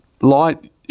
light